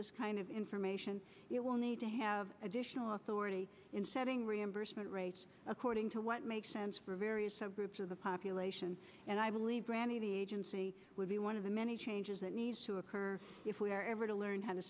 this kind of information you will need to have additional authority in setting reimbursement rates according to what makes sense for various groups of the population and i believe granted the agency will be one of the many changes that needs to occur if we are ever to learn how to